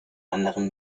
anderen